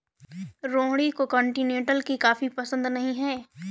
रोहिणी को कॉन्टिनेन्टल की कॉफी पसंद नहीं है